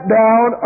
down